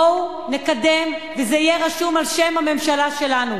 בואו נקדם, וזה יהיה רשום על שם הממשלה שלנו: